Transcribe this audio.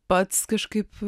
pats kažkaip